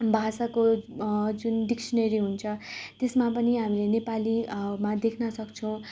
भाषाको जुन डिक्सनेरी हुन्छ त्यसमा पनि हामीले नेपाली मा देख्नसक्छौँ